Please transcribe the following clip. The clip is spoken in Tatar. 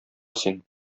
син